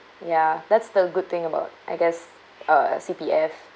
ya that's the good thing about I guess uh C_P_F